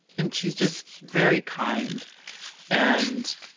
and she's just very kind and